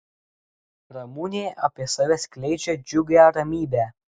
ramunė apie save skleidžia džiugią ramybę